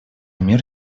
мир